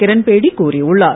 கிரண்பேடி கூறியுள்ளார்